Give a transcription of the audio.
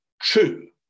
true